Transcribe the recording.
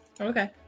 Okay